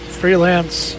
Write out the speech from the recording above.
freelance